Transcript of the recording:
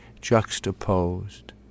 juxtaposed